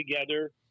together